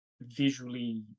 visually